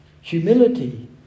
humility